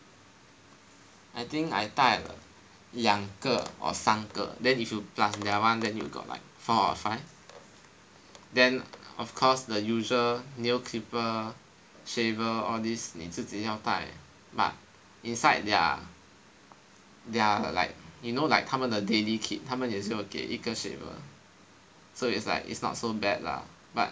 I think I 带两个 or 三个 then if you plus their one then you got like four or five then of course the usual nail clipper shaver all these 你自己要带 but inside their their like you know like 他们的 daily kit 他们也是有给一个 shaver so it's like it's not so bad lah but